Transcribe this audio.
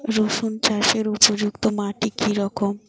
রুসুন চাষের উপযুক্ত মাটি কি রকম?